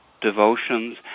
devotions